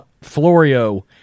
Florio